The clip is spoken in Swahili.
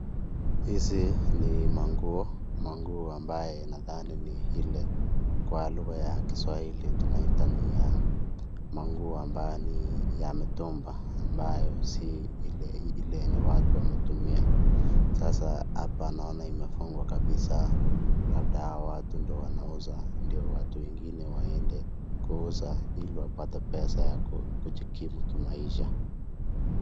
Hizi ni manguo. Manguo ambaye nadhani ni ile ya kwa lugha ya kiswahili tunaita ni ya manguo ambayo ni ya mitumba ambayo si ile yenye watu wametumia. Sasa hapa naona imefungwa kabisa, labda watu ndo wanauza ndo watu wengine waende kuuza ili wapate pesa ya kujikiri kimaisha.